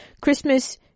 Christmas